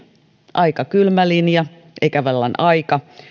aika kylmä linja eikä vallan aika